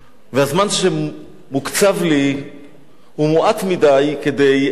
הזמן שמוקצב לי הוא מועט מדי לענות